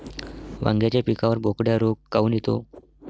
वांग्याच्या पिकावर बोकड्या रोग काऊन येतो?